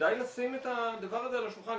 כדאי לשים את הדבר הזה על השולחן,